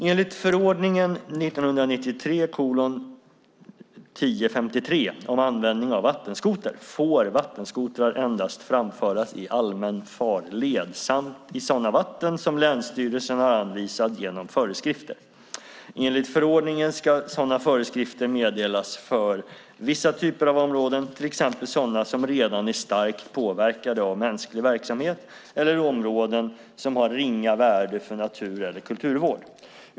Enligt förordningen om användning av vattenskoter får vattenskotrar endast framföras i allmän farled samt i sådana vatten som länsstyrelsen har anvisat genom föreskrifter. Enligt förordningen ska sådana föreskrifter meddelas för vissa typer av områden, till exempel sådana som redan är starkt påverkade av mänsklig verksamhet eller områden som har ringa värde för natur eller kulturvård.